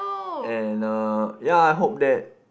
and uh yea I hope that